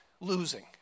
losing